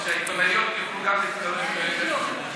ושהעיתונאיות יוכלו גם,